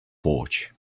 porch